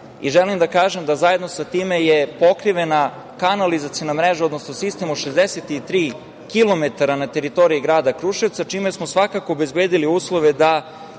Želim da kažem da zajedno sa time je pokrivena kanalizaciona mreža, odnosno sistem od 63 kilometra na teritoriji grada Kruševca, čime smo svakako obezbedili uslove da